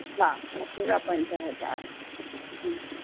हा हा पूरा पंज हज़ार हम्म